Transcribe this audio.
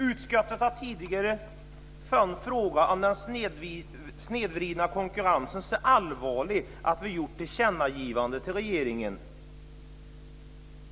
Utskottet har tidigare funnit frågan om den snedvridna konkurrenssituationen så allvarlig att vi gjort ett tillkännagivande till regeringen.